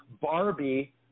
Barbie